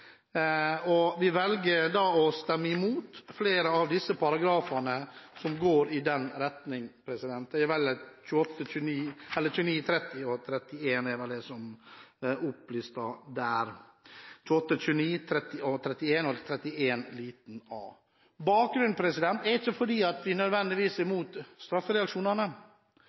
Vi velger da å stemme imot flere av de paragrafene som går i den retning – det er vel §§ 28, 29, 31 og 31 a som er opplistet der. Bakgrunnen er ikke at vi nødvendigvis er imot straffereaksjonene, men at vi, som vi skriver i våre merknader, mener at det er